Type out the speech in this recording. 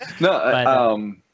No